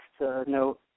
note